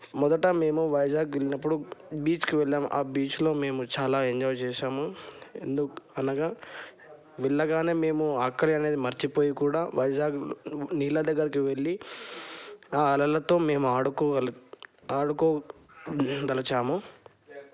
మొదట మేము వైజాగ్ వెళ్ళినప్పుడు బీచ్కి వెళ్ళాము ఆ బీచ్లో మేము చాలా ఎంజాయ్ చేసాము ఎందుకు అనగా వెళ్ళగా మేము అక్కడ అనేది మర్చిపోయి కూడా వైజాగ్ నీ నీళ్ళ దగ్గరకి వెళ్ళి ఆ అలలతో మేము ఆడుకో ఆడుకో దలచాము